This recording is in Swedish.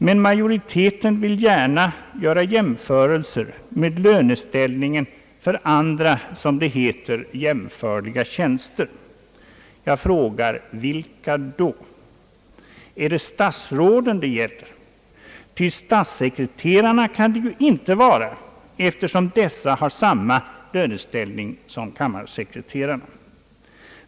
Men majoriteten vill gärna göra jämförelser med löneställningen för andra, som det heter, »jämförliga tjänster». Jag frågar: Vilka då? Är det statsråden det gäller? Ty statssekreterarna kan det ju inte vara, eftersom dessa har samma löneställning som kammarsekreterarna.